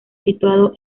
situado